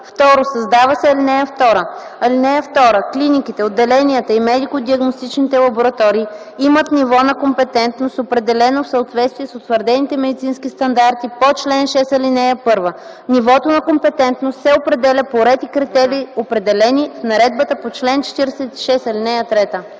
1. 2. Създава се ал. 2: „(2) Клиниките, отделенията и медико-диагностичните лаборатории имат ниво на компетентност, определено в съответствие с утвърдените медицински стандарти по чл. 6, ал. 1. Нивото на компетентност се определя по ред и критерии, определени в наредбата по чл. 46, ал. 3.”